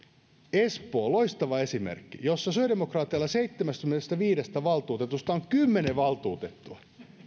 espoossa loistava esimerkki jossa sosiaalidemokraateilla seitsemästäkymmenestäviidestä valtuutetusta on kymmenen valtuutettua